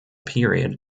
period